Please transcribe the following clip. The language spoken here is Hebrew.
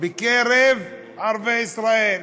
בקרב ערביי ישראל".